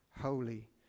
holy